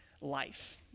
life